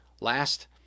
last